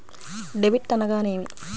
Debit అనగానేమి?